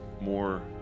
more